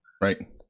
Right